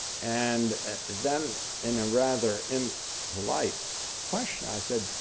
and then and rather and impolite question, i said,